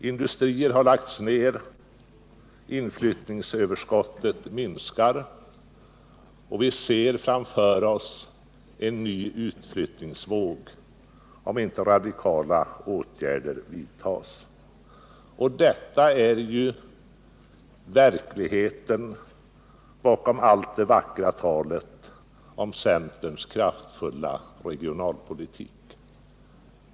Industrier har lagts ned, inflyttningsöverskottet minskar och vi ser framför oss en ny utflyttningsvåg om inte radikala åtgärder vidtas. Detta är verkligheten bakom allt det vackra talet om centerns kraftfulla regionalpolitik.